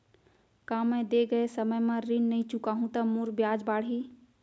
का मैं दे गए समय म ऋण नई चुकाहूँ त मोर ब्याज बाड़ही?